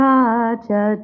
Raja